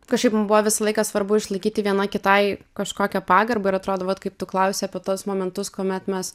kažkaip mum buvo visą laiką svarbu išlaikyti viena kitai kažkokią pagarbą ir atrodo vat kai tu klausei apie tuos momentus kuomet mes